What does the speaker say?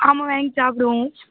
ஆமாம் வாங்கி சாப்பிடுவோம்